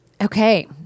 okay